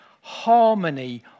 harmony